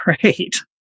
great